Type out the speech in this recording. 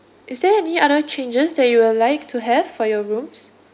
is there any other changes that you will like to have for your rooms